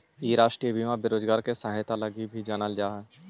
इ राष्ट्रीय बीमा बेरोजगार के सहायता लगी भी जानल जा हई